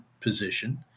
position